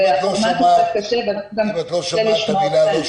קצת את הרקע,